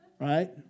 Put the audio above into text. right